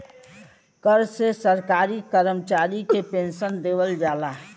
कर से सरकारी करमचारी के पेन्सन देवल जाला